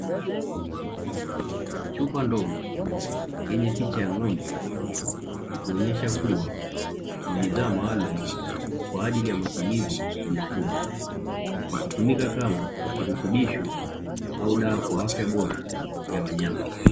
Chupa ndogo yenye picha ya ng'ombe ikionyesha kuwa ni bidhaa maalumu kwa ajili ya matumizi ya mifugo, ikitumika kama kirutubisho au dawa kwa afya bora ya wanyama.